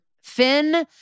Finn